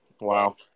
Wow